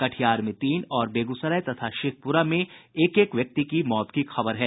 कटिहार में तीन और बेगूसराय तथा शेखपुरा में एक एक व्यक्ति की मौत की खबर है